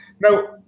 now